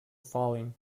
falling